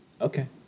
Okay